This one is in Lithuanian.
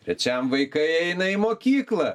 trečiam vaikai eina į mokyklą